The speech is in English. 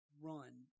run